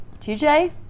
tj